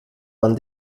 man